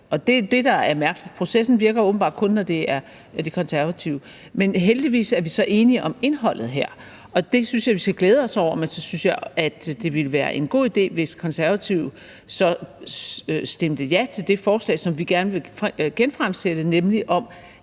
det, der er mærkeligt. Processen virker åbenbart kun, når det er De Konservative, men heldigvis er vi så enige om indholdet her, og det synes jeg vi skal glæde os over, men så synes jeg, at det ville være en god idé, hvis Konservative så stemte ja til det forslag, som vi gerne vil genfremsætte, nemlig om,